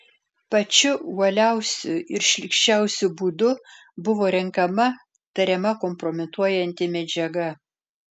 pačiu uoliausiu ir šlykščiausiu būdu buvo renkama tariama kompromituojanti medžiaga